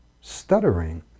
Stuttering